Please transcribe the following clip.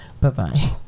Bye-bye